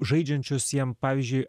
žaidžiančius jiem pavyzdžiui